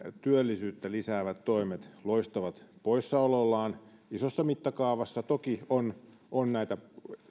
työllisyyttä lisäävät toimet loistavat poissaolollaan isossa mittakaavassa toki on on näitä